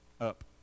up